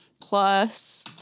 plus